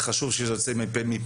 זה חשוב שזה יוצא מפיך,